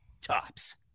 tops